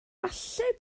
falle